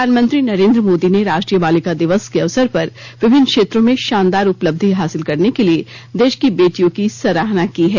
प्रधानमंत्री नरेन्द्र मोदी ने राष्ट्रीय बालिका दिवस के अवसर पर विभिन्न क्षेत्रों में शानदार उपलब्धि हासिल करने के लिए देश की बेटियों की सराहना की है